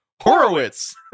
horowitz